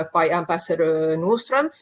ah by ambassador nordstrom,